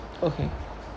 okay